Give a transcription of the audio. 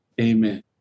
Amen